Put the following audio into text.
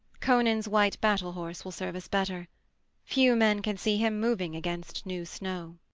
conan's white battle-horse will serve us better few men can see him moving against new snow.